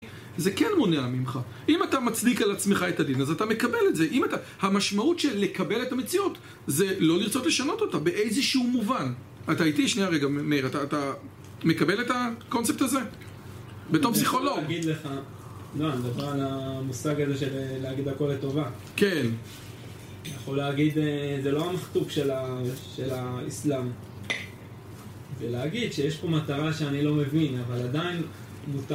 זה כן מונע ממך. אם אתה מצדיק על עצמך את הדין, אז אתה מקבל את זה. אם אתה, המשמעות של לקבל את המציאות זה לא לרצות לשנות אותה באיזשהו מובן. אתה איתי, שנייה רגע, מאיר, אתה מקבל את הקונספט הזה? בתור פסיכולוג? אני רוצה להגיד לך, לא, אני מדבר על המושג הזה של להגיד הכל לטובה. כן. יכול להגיד, זה לא המכתוב של האסלאם. ולהגיד שיש פה מטרה שאני לא מבין, אבל עדיין מותר...